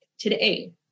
Today